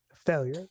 Failure